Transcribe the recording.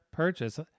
purchase